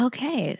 Okay